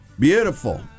Beautiful